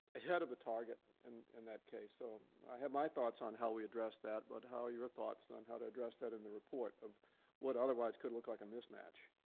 ahead of the target and in that case. so i have my thoughts on how we address that, but how are your thoughts on how to address that in the report of what otherwise could look like a mismatch?